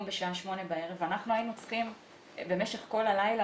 בשעה 8:00 בערב ואנחנו היינו צריכים במשך כל הלילה,